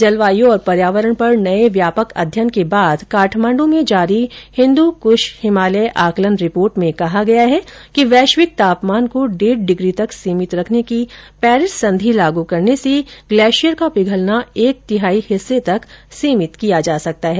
जलवायु और पर्यावरण पर नये व्यापक अध्ययन के बाद काठमांड् में जारी हिन्द्र कृश हिमालय आकलन रिपोर्ट में कहा गया है कि वैश्विक तापमान को डेढ़ डिग्री तक सीमित रखने की पेरिस संधि लागू करने से ग्लेशियर का पिघलना एक तिहाई हिस्से तक सीमित किया जा सकता है